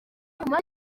nyuma